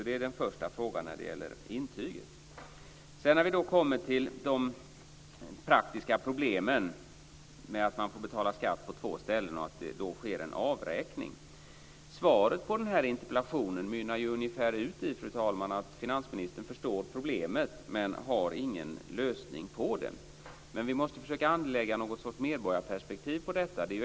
Det är den första frågan när det gäller intyget. Sedan kommer vi in på de praktiska problemen med att man får betala skatt på två ställen och att det då sker en avräkning. Svaret på interpellationen mynnar ut i att finansministern förstår problemet, men att han inte har någon lösning på det. Vi måste dock försöka att anlägga någon sorts medborgarperspektiv på detta.